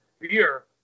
beer